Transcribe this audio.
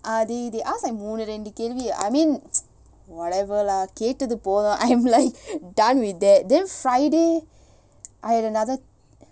அது:athu they ask like மூணு ரெண்டு கேள்வி:moonu rendu kelvi I mean whatever lah கேட்டது போதும்:kettathu pothum I am like done with that then friday I had another